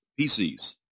PCs